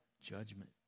judgment